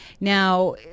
now